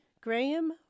Graham